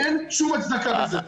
אין שום הצדקה בעניין הזה.